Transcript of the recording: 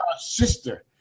sister